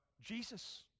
jesus